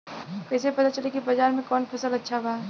कैसे पता चली की बाजार में कवन फसल अच्छा बा?